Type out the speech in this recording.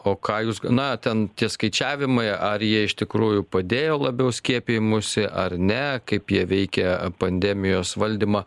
o ką jūs na ten tie skaičiavimai ar jie iš tikrųjų padėjo labiau skiepijimuisi ar ne kaip jie veikia pandemijos valdymą